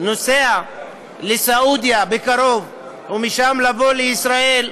שנוסע לסעודיה בקרוב, ומשם יבוא לישראל.